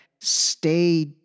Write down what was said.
stay